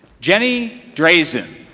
jenny drayson.